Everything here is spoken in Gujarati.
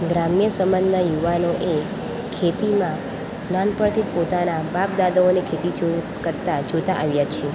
ગ્રામ્ય સમાજના યુવાનોએ ખેતીમાં નાનપણથી પોતાના બાપદાદાઓને ખેતી જોઈ કરતા જોતા આવ્યા છે